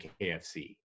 KFC